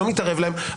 אני לא מתערב להם.